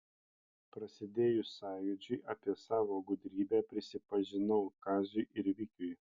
prasidėjus sąjūdžiui apie savo gudrybę prisipažinau kaziui ir vikiui